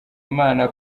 imana